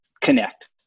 connect